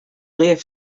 left